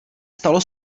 stalo